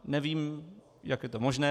Nevím, jak je to možné.